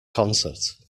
concert